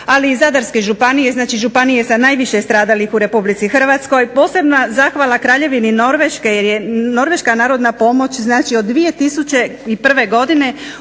ali i Zadarske županije, znači županije sa najviše stradalih u Republici Hrvatskoj, posebna zahvala Kraljevini Norveške, jer je Norveška narodna pomoć od 2001. godine